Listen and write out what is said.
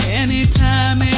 anytime